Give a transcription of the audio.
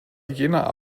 jener